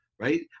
Right